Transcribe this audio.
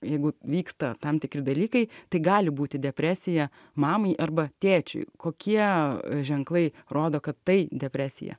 jeigu vyksta tam tikri dalykai tai gali būti depresija mamai arba tėčiui kokie ženklai rodo kad tai depresija